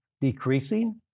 decreasing